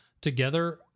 together